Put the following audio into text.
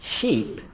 sheep